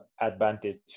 advantage